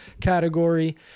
category